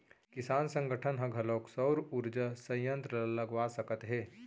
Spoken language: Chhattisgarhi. किसान संगठन ह घलोक सउर उरजा संयत्र ल लगवा सकत हे